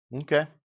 Okay